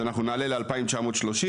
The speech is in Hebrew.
אנחנו נעלה ל-2,930,